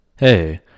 Hey